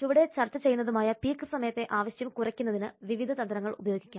ചുവടെ ചർച്ച ചെയ്തതുമായ പീക്ക് സമയത്തെ ആവശ്യം കുറയ്ക്കുന്നതിന് വിവിധ തന്ത്രങ്ങൾ ഉപയോഗിക്കാം